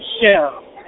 show